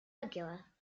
regular